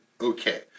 Okay